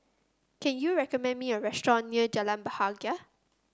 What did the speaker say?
can you recommend me a restaurant near Jalan Bahagia